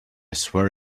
swear